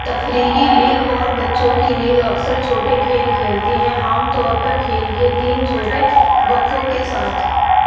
تفریحی لیگ اور بچوں کی لیگ اکثر چھوٹے کھیل کھیلتی ہیں عام طور پر کھیل کے تین چھوٹے وقفوں کے ساتھ